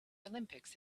olympics